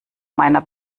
meiner